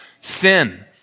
sin